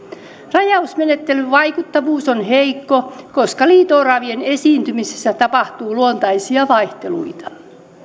rajausmenettelyn vaikuttavuus on heikko koska liito oravien esiintymisessä tapahtuu luontaisia vaihteluita